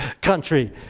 country